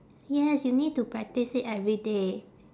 yes you need to practise it every day